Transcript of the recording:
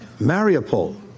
Mariupol